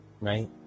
right